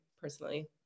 personally